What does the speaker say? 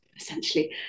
essentially